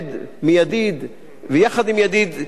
מלמד מ"ידיד" ויחד עם "ידיד"